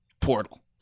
portal